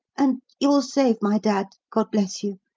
and you'll save my dad, god bless you!